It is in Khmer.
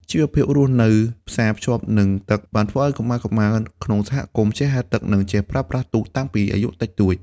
ជីវភាពរស់នៅផ្សារភ្ជាប់នឹងទឹក បានធ្វើឱ្យកុមារៗក្នុងសហគមន៍ចេះហែលទឹក និងចេះប្រើប្រាស់ទូកតាំងពីអាយុតិចតួច។